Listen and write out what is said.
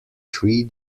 three